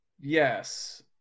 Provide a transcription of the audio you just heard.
Yes